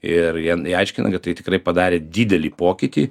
ir jie jie aiškina kad tai tikrai padarė didelį pokytį